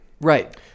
Right